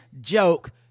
joke